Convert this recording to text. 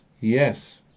yes